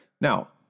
Now